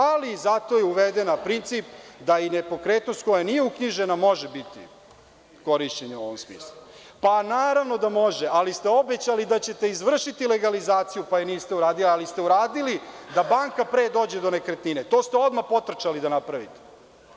Ali, zato je uveden princip da i nepokretnost koja nije uknjižena može biti korišćena u ovom smislu. (Veroljub Arsić, s mesta: Sad može.) Naravno da može, ali ste obećali da ćete izvršiti legalizaciju pa je niste uradili, ali ste uradili da banka pre dođe do nekretnine, to ste odmah potrčali da uradite.